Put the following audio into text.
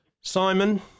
Simon